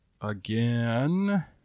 again